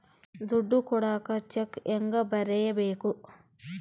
ದುಡ್ಡು ಕೊಡಾಕ ಚೆಕ್ ಹೆಂಗ ಬರೇಬೇಕು?